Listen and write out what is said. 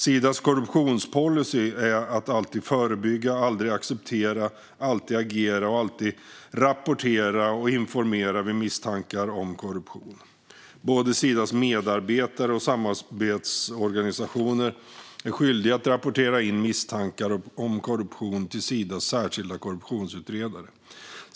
Sidas korruptionspolicy är att alltid förebygga, aldrig acceptera, alltid agera, alltid rapportera och alltid informera vid misstankar om korruption. Sidas medarbetare och samarbetsorganisationer är skyldiga att rapportera in misstankar om korruption till Sidas särskilda korruptionsutredare.